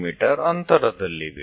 me ಅಂತರದಲ್ಲಿವೆ